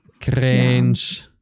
Cringe